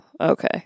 Okay